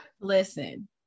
listen